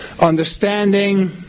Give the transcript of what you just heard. understanding